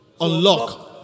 Unlock